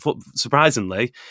surprisingly